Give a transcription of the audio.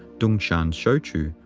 tung-shan shou-ch'u,